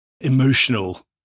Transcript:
emotional